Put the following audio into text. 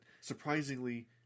surprisingly